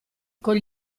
con